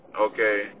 okay